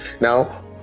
Now